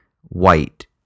white